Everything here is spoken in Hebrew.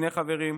שני חברים,